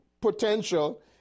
potential